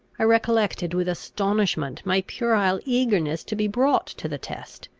i recollected with astonishment my puerile eagerness to be brought to the test,